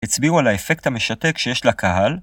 ‫הצביעו על האפקט המשתק שיש לקהל,